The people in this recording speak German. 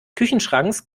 küchenschranks